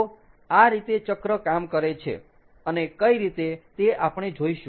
તો આ રીતે ચક્ર કામ કરે છે અને કઈ રીતે તે આપણે જોઇશું